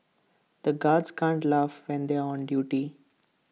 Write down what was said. the guards can't laugh when they are on duty